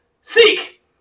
Seek